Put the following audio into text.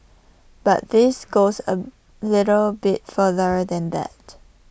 but this goes A little bit further than that